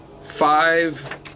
five